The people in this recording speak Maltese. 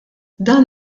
dan